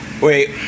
Wait